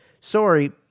Sorry